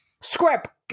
Scrap